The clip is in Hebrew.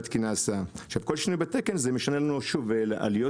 עכשיו כל שינוי בתקן זה משנה לנו שוב עלויות